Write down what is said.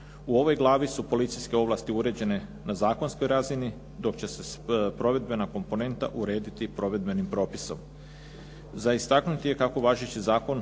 U ovoj glavi su policijske ovlasti uređene na zakonskoj razini dok će se provedbena komponenta urediti provedbenim propisom. Za istaknuti je kako važeći Zakon